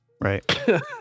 Right